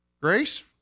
Grace